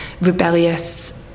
rebellious